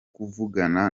kuvugana